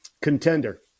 Contender